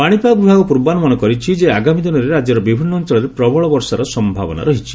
ପାଣିପାଗ ବିଭାଗ ପୂର୍ବାନୁମାନ କରିଛି ଯେ ଆଗାମୀ ଦିନରେ ରାଜ୍ୟର ବିଭିନ୍ନ ଅଞ୍ଚଳରେ ପ୍ରବଳ ବର୍ଷାର ସମ୍ଭାବନା ରହିଛି